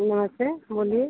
नमस्ते बोलिए